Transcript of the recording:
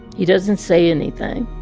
he doesn't say anything.